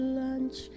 lunch